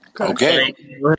Okay